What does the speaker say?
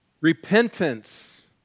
repentance